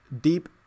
deep